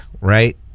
right